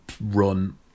run